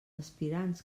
aspirants